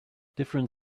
different